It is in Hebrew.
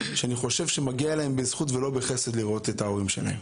שאני חושב שמגיע להם בזכות ולא בחסד לראות את ההורים שלהם.